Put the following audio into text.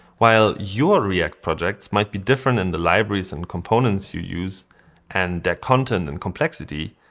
while your react projects might be different in the libraries and components you use and their content and complexity,